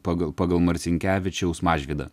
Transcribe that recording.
pagal pagal marcinkevičiaus mažvydą